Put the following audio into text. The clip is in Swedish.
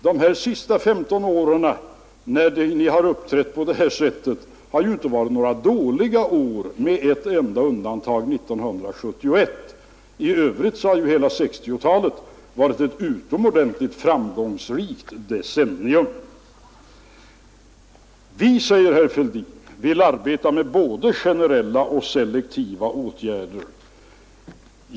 Dessa senaste 15 år när ni har uppträtt på detta sätt har ju inte heller varit några dåliga år — med ett enda undantag, nämligen 1971. I övrigt har hela 1960-talet varit ett utomordentligt framgångsrikt decennium. Vi vill arbeta med både generella och selektiva åtgärder, säger herr Fälldin.